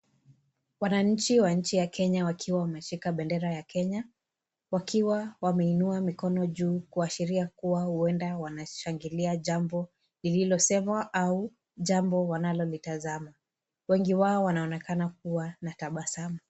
Wanainchi wa nchi ya Kenya wakiwa wameshika pendera ya Kenya, wakiwa wameinua mikono juu kuashiria kua uenda wanashangilia jambo lililosemwa au jambo wanalolitazama. Wengi wao wanaonekana kua na tabasamu.